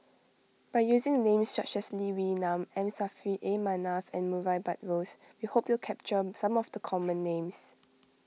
by using names such as Lee Wee Nam M Saffri A Manaf and Murray Buttrose we hope to capture some of the common names